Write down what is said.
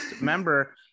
member